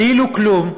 כאילו כלום,